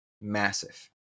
massive